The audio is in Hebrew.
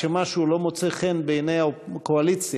כמשהו לא מוצא חן בעיני הקואליציה,